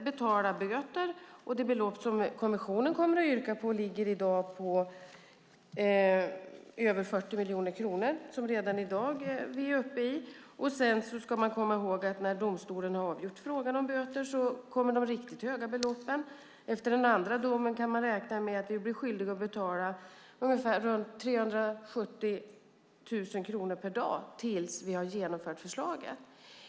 Det belopp som kommissionen kommer att yrka på ligger på över 40 miljoner kronor, som vi redan i dag är uppe i. Sedan ska vi komma ihåg att när domstolen har avgjort frågan om böter kommer de riktigt höga beloppen. Efter den andra domen kan vi räkna med att vi blir skyldiga att betala runt 370 000 kronor per dag tills vi har genomfört förslaget.